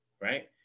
right